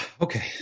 Okay